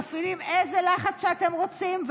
מפעילים איזה לחץ שהם רוצים,